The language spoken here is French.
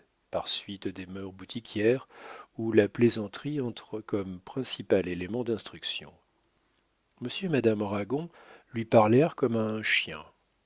par suite des mœurs boutiquières où la plaisanterie entre comme principal élément d'instruction monsieur et madame ragon lui parlèrent comme à un chien